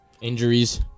Injuries